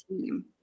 team